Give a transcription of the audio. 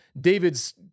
David's